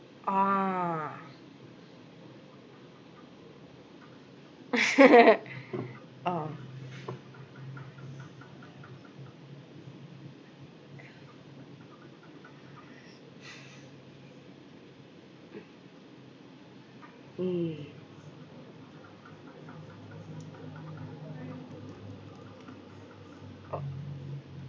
orh orh mm orh